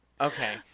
Okay